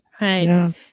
Right